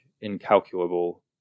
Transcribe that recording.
incalculable